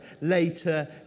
later